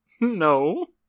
No